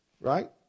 right